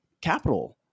capital